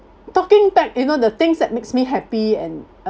talking back you know the things that makes me happy and